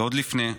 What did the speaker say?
ועוד לפניה,